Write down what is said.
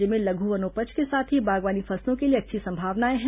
राज्य में लघु वनोपज के साथ ही बागवानी फसलों के लिए अच्छी संभावनाएं हैं